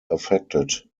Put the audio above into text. affected